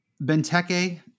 Benteke